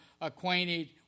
acquainted